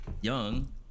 young